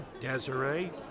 Desiree